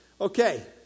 Okay